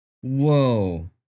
whoa